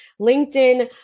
LinkedIn